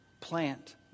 Plant